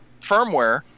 firmware